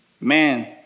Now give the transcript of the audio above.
Man